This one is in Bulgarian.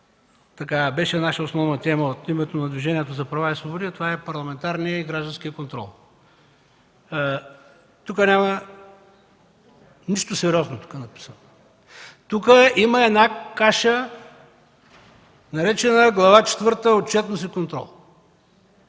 беше наша основна тема от името на Движението за права и свободи – това е парламентарният и гражданският контрол. Тук няма нищо сериозно написано. Тук има една каша, наречена „Глава четвърта – Отчетност и контрол”.